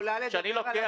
כאשר אני בודק